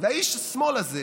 ואיש השמאל הזה